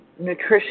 nutrition